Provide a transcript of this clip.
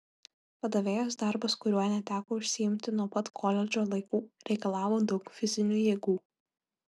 padavėjos darbas kuriuo neteko užsiimti nuo pat koledžo laikų reikalavo daug fizinių jėgų